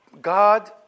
God